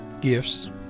gifts